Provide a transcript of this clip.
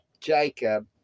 Jacob